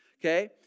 okay